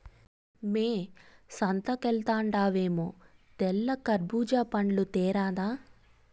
మ్మే సంతకెల్తండావేమో తెల్ల కర్బూజా పండ్లు తేరాదా